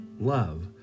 love